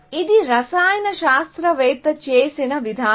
ఇది రసాయన శాస్త్రవేత్త చేసిన విధానం